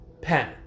pen